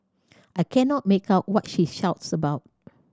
I cannot make out what she shouts about